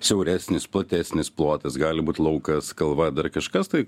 siauresnis platesnis plotas gali būt laukas kalva dar kažkas tai